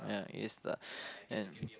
ya A star and